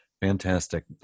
fantastic